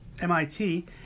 MIT